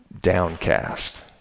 downcast